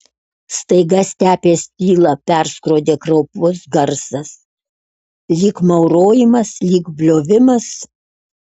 staiga stepės tylą perskrodė kraupus garsas lyg maurojimas lyg bliovimas